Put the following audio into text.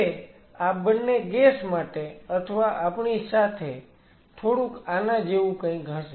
તે આ બંને ગેસ માટે અથવા આપણી સાથે થોડુક આના જેવું કંઈક હશે